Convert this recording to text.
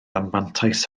anfantais